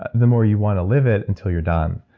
ah the more you want to live it until you're done.